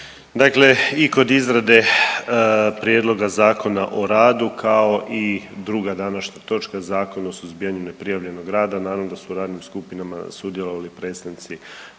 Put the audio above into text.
Dakle i kod izrade Prijedloga Zakona o radu kao i druga današnja točka Zakon o suzbijanju neprijavljenog rada naravno da su u radnim skupinama sudjelovali predstavnici